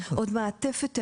מעטפת המשכית.